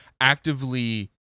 actively